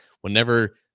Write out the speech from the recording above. Whenever